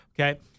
Okay